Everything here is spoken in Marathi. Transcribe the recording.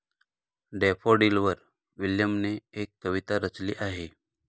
डॅफोडिलवर विल्यमने एक कविता रचली आहे